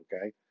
okay